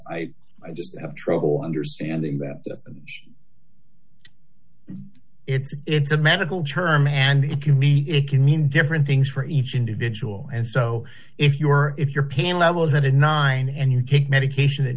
i have trouble understanding that it's it's a medical term and it can mean it can mean different things for each individual and so if your if your pain level headed nine and your take medication that